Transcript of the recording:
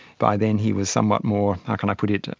by then he was somewhat more, how can i put it,